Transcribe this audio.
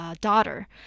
daughter